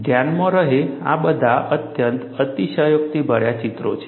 ધ્યાન રહે આ બધાં અત્યંત અતિશયોક્તિભર્યાં ચિત્રો છે